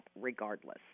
regardless